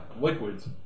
liquids